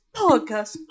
podcast